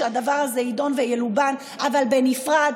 שהדבר הזה יידון וילובן אבל בנפרד,